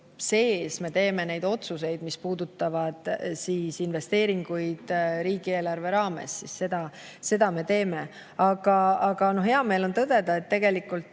sees me teeme otsuseid, mis puudutavad investeeringuid riigieelarve raames. Seda me teeme. Aga hea meel on tõdeda, et tegelikult